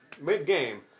mid-game